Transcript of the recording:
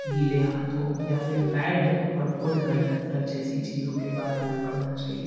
गीले हाथों या फिर बैड और गुड कंडक्टर जैसी चीज़ों के बारे में पढ़ना चाहिए